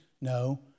No